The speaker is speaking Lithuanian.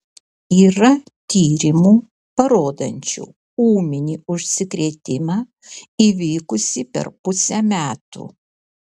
yra tyrimų parodančių ūminį užsikrėtimą įvykusį per pusę metų